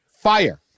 fire